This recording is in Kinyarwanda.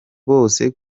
bose